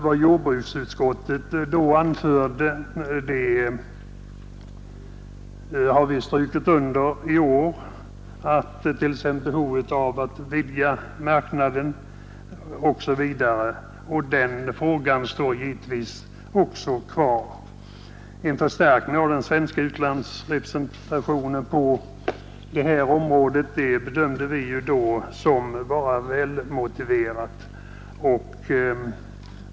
Vad jordbruksutskottet då anförde har vi strukit under i år, t.ex. behovet av att vidga marknaden. Den frågan står givetvis också kvar. En förstärkning av den svenska utlandsrepresentationen på detta område bedömde vi då vara väl motiverad.